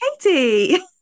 Katie